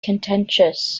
contentious